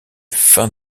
faim